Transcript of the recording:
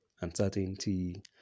uncertainty